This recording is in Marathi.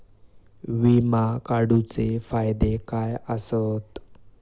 विमा काढूचे फायदे काय आसत?